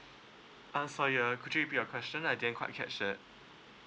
uh sorry uh could you repeat your question I didn't quite catch that